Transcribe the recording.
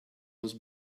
was